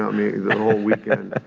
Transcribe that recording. me the whole weekend,